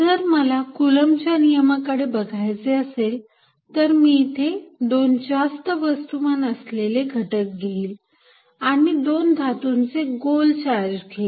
जर मला कुलंम्बच्या नियमाकडे बघायचे असेल तर मी इथे दोन जास्त वस्तुमान असलेले घटक घेईल आणि दोन धातूंचे गोल चार्ज घेईल